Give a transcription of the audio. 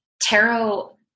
tarot